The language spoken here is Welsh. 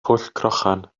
pwllcrochan